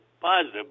positive